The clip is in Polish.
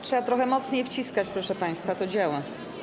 Trzeba trochę mocniej wciskać, proszę państwa, to działa.